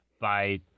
by-